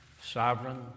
sovereign